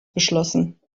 beschlossen